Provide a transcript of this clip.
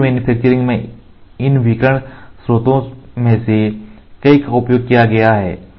rapid manufacturing में इन विकिरण स्रोतों में से कई का उपयोग किया गया है